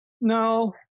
No